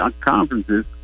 conferences